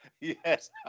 yes